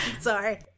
Sorry